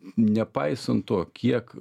nepaisant to kiek